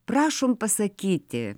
prašom pasakyti